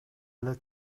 эле